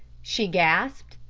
she gasped.